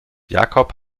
jakob